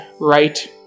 right